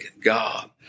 God